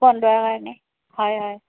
গোন্ধোৱাৰ কাৰণে হয় হয়